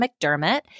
McDermott